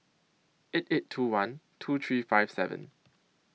eight eight two one two three five seven